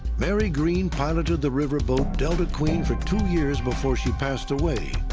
mary greene piloted the riverboat, delta queen, for two years before she passed away.